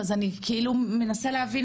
אז אני מנסה להבין